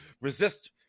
resist